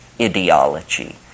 ideology